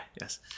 yes